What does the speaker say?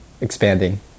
expanding